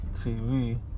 TV